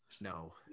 No